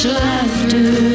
laughter